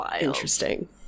interesting